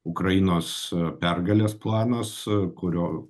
ukrainos pergalės planas kurio